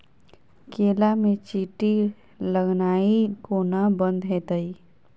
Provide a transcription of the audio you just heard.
केला मे चींटी लगनाइ कोना बंद हेतइ?